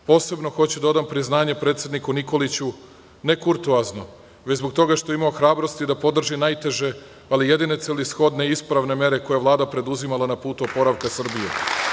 Posebno hoću da odam priznanje predsedniku Nikoliću, ne kurtuazno, već zbog toga što je imao hrabrosti da podrži najteže, ali jedine celishodne ispravne mere koju je Vlada preduzimala na putu oporavka Srbije.